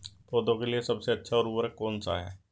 पौधों के लिए सबसे अच्छा उर्वरक कौन सा है?